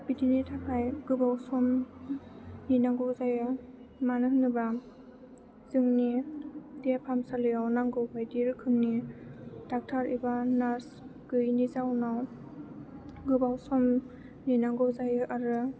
बिदिनि थाखाय गोबाव सम नेनांगौ जायो मानो होनोबा जोंनि देहा फाहामसालियाव नांगौ बायदि रोखोमनि डक्ट'र एबा नार्स गैयैनि जाहोनाव गोबाव सम नेनांगौ जायो आरो